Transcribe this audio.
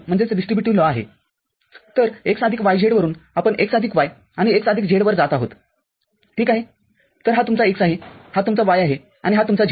तर x आदिक yz वरुनआपण x आदिक y आणि x आदिक z वर जात आहात ठीक आहे तर हा तुमचा x आहे हा तुमचा y आहे आणि हा तुमचा z आहे